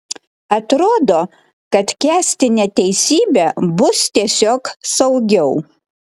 atrodo kad kęsti neteisybę bus tiesiog saugiau